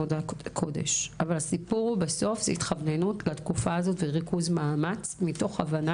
אבל הסיפור בסוף הוא כיוון לתקופה הזאת וריכוז מאמץ מתוך הבנה